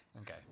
Okay